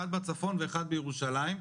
אחד בצפון ואחד בירושלים,